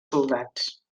soldats